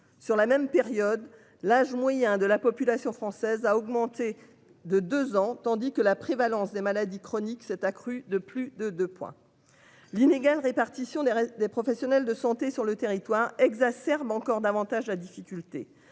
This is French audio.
sur la même période, l'âge moyen de la population française a augmenté de deux ans, tandis que la prévalence des maladies chroniques s'est accrue de plus de 2. L'inégale répartition des des professionnels de santé sur le territoire exacerbe encore davantage la difficulté.